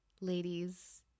ladies